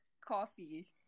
coffee